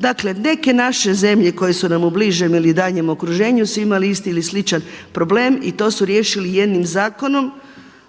Dakle neke naše zemlje koje su nam u bližem ili daljem okruženju su imali isti ili sličan problem i to su riješili jednim zakonom